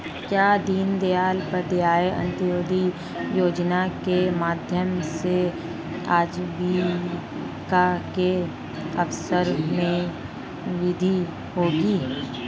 क्या दीन दयाल उपाध्याय अंत्योदय योजना के माध्यम से आजीविका के अवसरों में वृद्धि होगी?